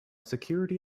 security